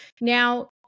Now